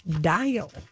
dial